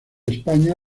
españa